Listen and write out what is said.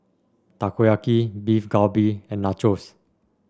Takoyaki Beef Galbi and Nachos